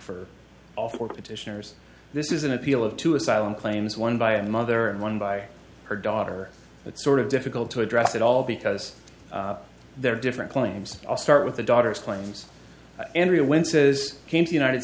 for of for petitioners this is an appeal of two asylum claims one by a mother and one by her daughter but sort of difficult to address at all because there are different claims i'll start with the daughter's claims andrea winces came to united